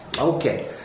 Okay